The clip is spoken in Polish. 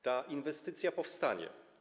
Ta inwestycja powstanie.